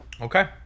Okay